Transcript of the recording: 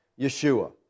Yeshua